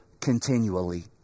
continually